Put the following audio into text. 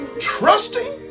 Trusting